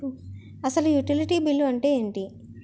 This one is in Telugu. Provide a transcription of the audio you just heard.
అసలు యుటిలిటీ బిల్లు అంతే ఎంటి?